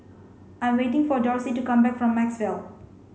I'm waiting for Dorsey to come back from Maxwell